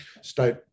state